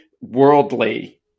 worldly